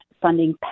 funding